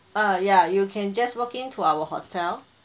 err ya you can just walk in to our hotel